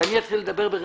כשאני אתחיל לדבר ברמזים,